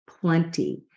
plenty